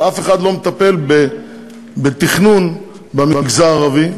אבל אף אחד לא מטפל בתכנון במגזר הערבי,